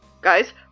Guys